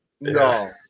No